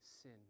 sin